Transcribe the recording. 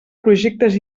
projectes